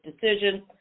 decision